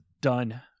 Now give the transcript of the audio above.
done